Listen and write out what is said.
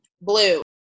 blue